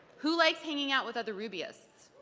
who likes hanging out with other rubyists?